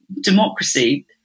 democracy